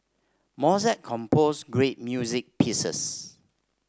Mozart composed great music pieces